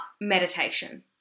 meditation